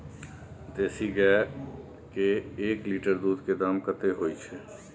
देसी गाय के एक लीटर दूध के दाम कतेक होय छै?